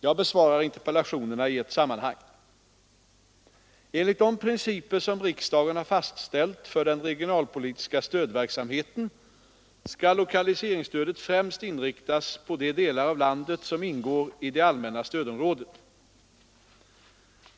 Jag besvarar interpellationerna i ett sammanhang. Enligt de principer som riksdagen har fastställt för den regionalpolitiska stödverksamheten skall lokaliseringsstödet främst inriktas på de delar av landet som ingår i det allmänna stödområdet.